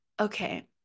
okay